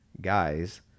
guys